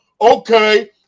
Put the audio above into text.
okay